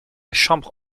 chambre